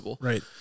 Right